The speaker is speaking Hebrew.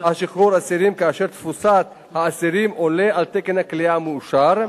על שחרור אסירים כאשר תפוסת האסירים עולה על תקן הכליאה המאושר.